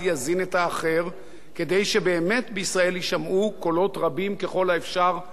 כדי שבישראל באמת יישמעו קולות רבים ככל האפשר בזירה הציבורית.